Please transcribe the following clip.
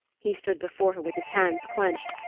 he stood before her with his hands clenched,